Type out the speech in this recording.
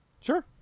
Sure